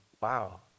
wow